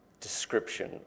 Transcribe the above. description